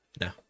no